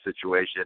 situation